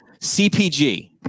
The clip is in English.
CPG